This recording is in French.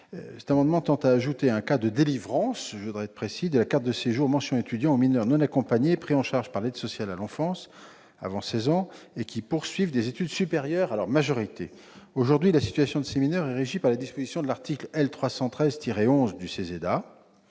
Ces amendements tendent à ajouter un cas de délivrance de la carte de séjour mention « étudiant » aux mineurs non accompagnés pris en charge par l'aide sociale à l'enfance avant l'âge de seize ans et qui poursuivent des études supérieures à leur majorité. Aujourd'hui, la situation de chacun de ces mineurs est régie par les dispositions de l'article L. 313-11 du